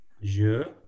Je